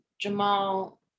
Jamal